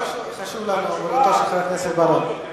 חשוב לנו, חבר הכנסת בר-און.